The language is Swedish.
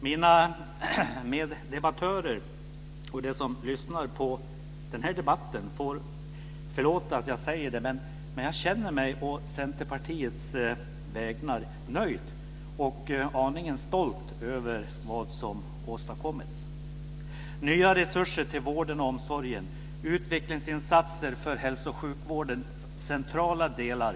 Mina meddebattörer och de som lyssnar på debatten får förlåta att jag säger det, men jag känner mig å Centerpartiets vägnar nöjd och aningen stolt över vad som åstadkommits: nya resurser till vården och omsorgen och utvecklingsinsatser för hälso och sjukvårdens centrala delar.